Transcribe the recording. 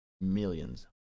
millions